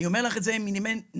אני אומר לך את זה מנימי נפשי,